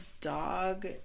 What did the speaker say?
dog